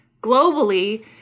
globally